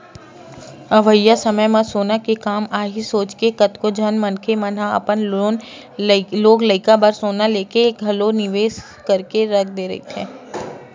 अवइया समे म सोना के काम आही सोचके कतको झन मनखे मन ह अपन लोग लइका बर सोना लेके घलो निवेस करके रख दे रहिथे